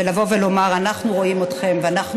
ולבוא ולומר: אנחנו רואים אתכן ואנחנו